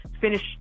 finish